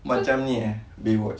macam ni eh bay watch